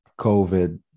COVID